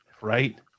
right